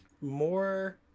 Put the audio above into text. more